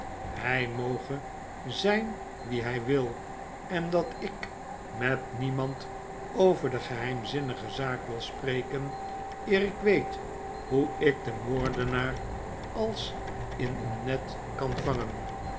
lift moge zyn wie hy wil en dat ik met demand over de geheimzinnige zaak wil spreken eer ik weet hoe ik den moordenaar als in een net kan vangen